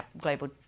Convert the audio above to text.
global